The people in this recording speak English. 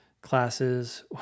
classes